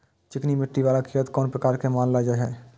चिकनी मिट्टी बाला खेत कोन प्रकार के मानल जाय छै?